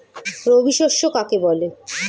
রবি শস্য কাকে বলে?